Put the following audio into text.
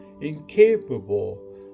incapable